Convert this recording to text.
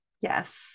yes